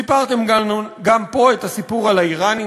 סיפרתם גם פה את הסיפור על האיראנים.